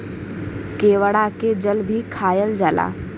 केवड़ा के जल भी खायल जाला